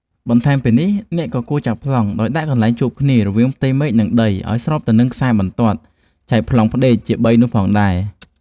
បន្ថែមពីនេះ អ្នកក៏គួរចាប់ប្លង់ ដោយដាក់កន្លែងជួបគ្នារវាងផ្ទៃមេឃ និងដីឱ្យស្របទៅនឹងខ្សែបន្ទាត់ចែកប្លង់ផ្ដេកជាបីនោះផងដែរ។